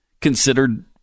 considered